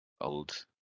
old